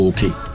Okay